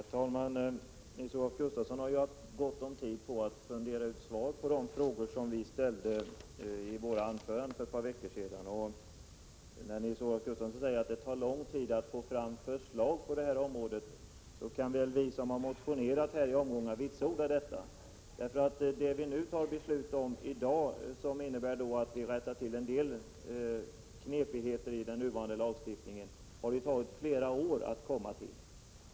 Herr talman! Nils-Olof Gustafsson har haft gott om tid att fundera på de frågor som vi ställde i våra anföranden för ett par veckor sedan. Nils-Olof Gustafsson säger att det tar lång tid att få fram förslag på det här området. Vi som har motionerat i olika omgångar kan vitsorda detta. Det som vi beslutar om i dag och som innebär att vi rättar till en del knepigheter i den nuvarande lagstiftningen har tagit flera år att komma fram till.